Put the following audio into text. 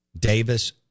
Davis